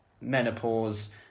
menopause